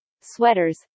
sweaters